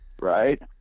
right